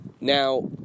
Now